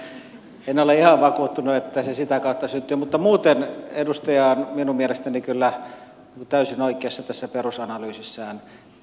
en ole ihan vakuuttunut että se sitä kautta syntyy mutta muuten edustaja on minun mielestäni kyllä täysin oikeassa tässä perusanalyysissään